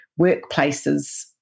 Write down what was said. workplaces